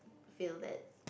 feel that